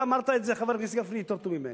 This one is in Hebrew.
אתה אמרת את זה, חבר הכנסת גפני, יותר טוב ממני.